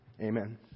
Amen